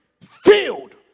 filled